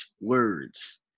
words